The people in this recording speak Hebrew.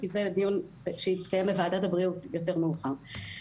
כי זה לדיון שיתקיים בוועדת הבריאות יותר מאוחר.